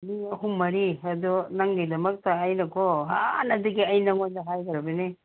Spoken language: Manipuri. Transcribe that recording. ꯃꯤ ꯑꯍꯨꯝ ꯃꯔꯤ ꯑꯗꯣ ꯅꯪꯒꯤꯗꯃꯛꯇ ꯑꯩꯅꯀꯣ ꯍꯥꯟꯅꯗꯒꯤ ꯑꯩ ꯅꯉꯣꯟꯗ ꯍꯥꯏꯈ꯭ꯔꯕꯅꯤ